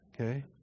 okay